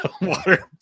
Water